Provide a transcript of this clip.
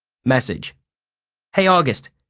message hey august.